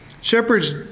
shepherds